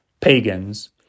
pagans